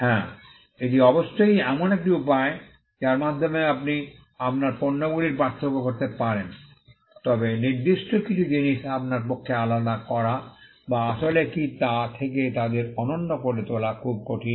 হ্যাঁ এটি অবশ্যই এমন একটি উপায় যার মাধ্যমে আপনি আপনার পণ্যগুলির পার্থক্য করতে পারবেন তবে নির্দিষ্ট কিছু জিনিস আপনার পক্ষে আলাদা করা বা আসলে কী তা থেকে তাদের অনন্য করে তোলা খুব কঠিন